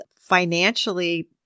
financially